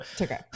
Okay